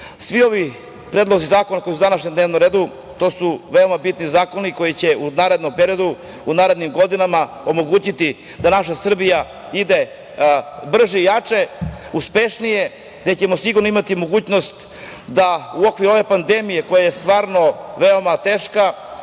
ovi predlozi zakona koji su na današnjem dnevnom redu su veoma bitni zakoni koji će u narednom periodu, u narednim godinama omogućiti da naša Srbija ide brže, jače, uspešnije, gde ćemo sigurno imati mogućnost da u okviru ove pandemije koja je stvarno veoma teška,